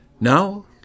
now